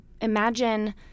Imagine